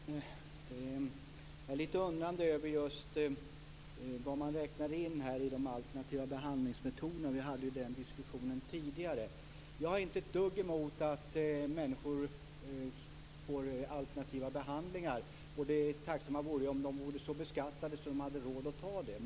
Fru talman! Jag är lite undrande över vad som räknas in i de alternativa behandlingsmetoderna, och det är en diskussion som vi haft tidigare. Jag har inte ett dugg emot att människor får alternativa behandlingar. Det bästa vore om de vore så beskattade att de hade råd med det.